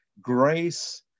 grace